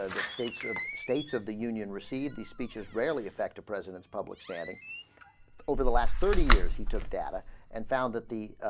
ah that states of states of the union received the speeches really affect the president's public standing over the last thirty years he took data and found that the